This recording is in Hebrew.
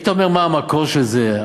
היית אומר מה המקור של זה.